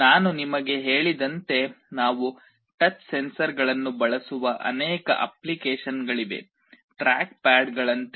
ನಾನು ನಿಮಗೆ ಹೇಳಿದಂತೆ ನಾವು ಟಚ್ ಸೆನ್ಸರ್ಗಳನ್ನು ಬಳಸುವ ಅನೇಕ ಅಪ್ಲಿಕೇಶನ್ಗಳಿವೆ ಟ್ರ್ಯಾಕ್ ಪ್ಯಾಡ್ಗಳಂತೆ